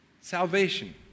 Salvation